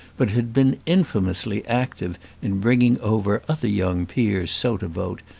but had been infamously active in bringing over other young peers so to vote,